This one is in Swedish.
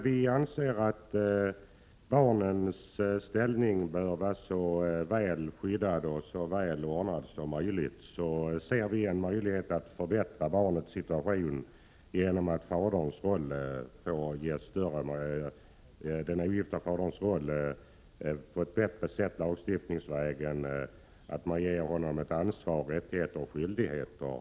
Vi anser att barnens ställning bör vara så skyddad och så väl ordnad som möjligt, och vi ser här en chans att förbättra barnens situation genom att på ett bättre sätt än hittills lagstiftningsvägen ge den ogifte fadern ansvar, rättigheter och skyldigheter.